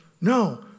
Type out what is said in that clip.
No